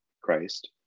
Christ